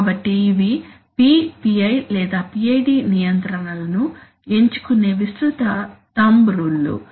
కాబట్టి ఇవి P PI లేదా PID నియంత్రణలను ఎంచుకునే విస్తృత థంబ్ రూల్ లు